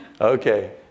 Okay